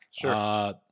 Sure